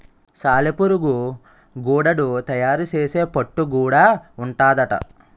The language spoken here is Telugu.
సాలెపురుగు గూడడు తయారు సేసే పట్టు గూడా ఉంటాదట